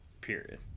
Period